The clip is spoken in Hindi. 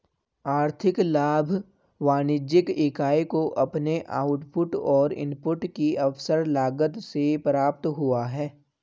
आर्थिक लाभ वाणिज्यिक इकाई को अपने आउटपुट और इनपुट की अवसर लागत से प्राप्त हुआ है